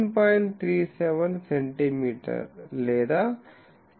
37 centimetre లేదా 6